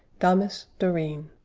damis, dorine,